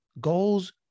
goals